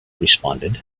responded